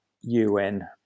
UN